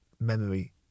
memory